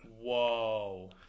Whoa